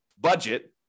budget